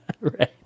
Right